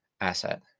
asset